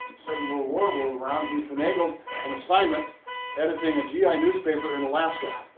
second world war rolled around, he finagled an assignment editing a gi newspaper in alaska.